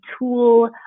tool